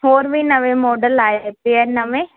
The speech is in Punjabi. ਹੋਰ ਵੀ ਨਵੇਂ ਮਾਡਲ ਆਏ ਤੇ ਆ ਨਵੇਂ